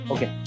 Okay